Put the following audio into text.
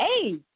Hey